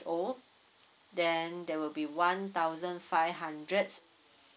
old then there will be one thousand five hundred